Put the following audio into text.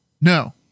No